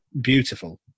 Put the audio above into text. beautiful